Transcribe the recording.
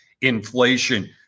inflation